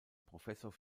professor